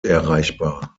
erreichbar